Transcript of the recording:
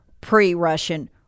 pre-Russian